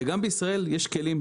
וגם בישראל יש כלים,